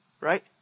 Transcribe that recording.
right